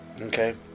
okay